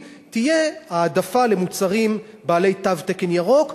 תהיה העדפה למוצרים בעלי תו תקן ירוק,